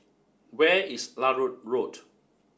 where is Larut Road